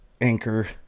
anchor